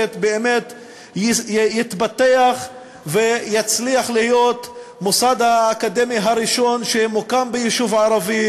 באמת יתפתח ויצליח להיות המוסד האקדמי הראשון שמוקם ביישוב ערבי,